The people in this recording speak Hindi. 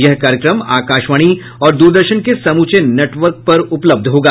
यह कार्यक्रम आकाशवाणी और दूरदर्शन के समूचे नेटवर्क पर उपलब्ध होगा